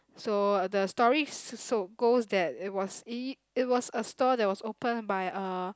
so the story so goes that it was it it was a store that was open by a